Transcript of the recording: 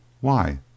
Why